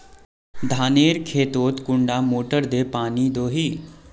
धानेर खेतोत कुंडा मोटर दे पानी दोही?